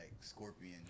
scorpion